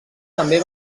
també